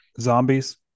zombies